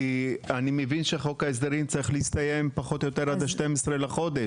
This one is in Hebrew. כי אני מבין שחוק ההסדרים צריך להסתיים פחות או יותר עד ה-12 לחודש.